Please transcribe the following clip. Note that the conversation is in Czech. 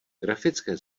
grafické